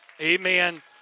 Amen